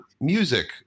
music